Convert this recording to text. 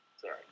Sorry